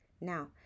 Now